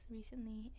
recently